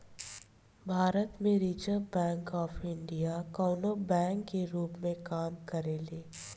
भारत में reserve bank of India कवनो bank के रूप में काम करेले